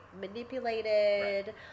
manipulated